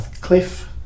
Cliff